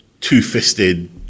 two-fisted